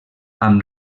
amb